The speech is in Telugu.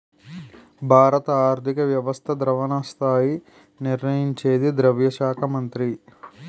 భారత ఆర్థిక వ్యవస్థ ద్రవణ స్థాయి నిర్ణయించేది ద్రవ్య శాఖ మంత్రి